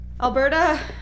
Alberta